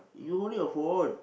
you holding your phone